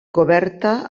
coberta